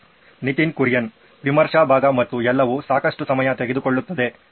ನಿತಿನ್ ಕುರಿಯನ್ ವಿಮರ್ಶೆ ಭಾಗ ಮತ್ತು ಎಲ್ಲಾವು ಸಾಕಷ್ಟು ಸಮಯ ತೆಗೆದುಕೊಳ್ಳುತ್ತದೆ ಹೌದು